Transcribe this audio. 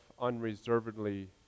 unreservedly